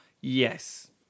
Yes